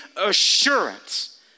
assurance